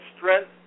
strength